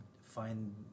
find